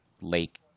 lake